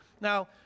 Now